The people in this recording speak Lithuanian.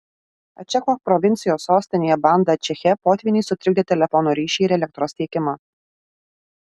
ačecho provincijos sostinėje banda ačeche potvyniai sutrikdė telefono ryšį ir elektros tiekimą